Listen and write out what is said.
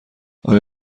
آیا